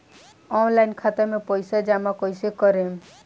Online खाता मे पईसा जमा कइसे करेम?